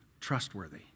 trustworthy